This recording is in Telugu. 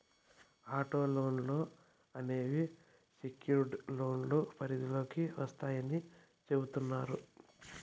ఆటో లోన్లు అనేవి సెక్యుర్డ్ లోన్ల పరిధిలోకి వత్తాయని చెబుతున్నారు